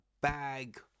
bag